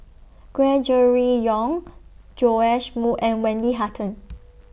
Gregory Yong Joash Moo and Wendy Hutton